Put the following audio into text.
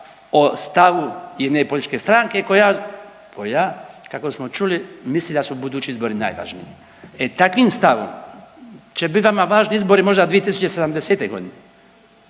o stavu jedne političke stranke koja, koja kako smo čuli misli da su budući izbori najvažniji. E takvim stavom će bit vama važno izvori možda 2070. g.